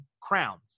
crowns